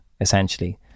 essentially